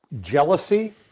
jealousy